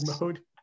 mode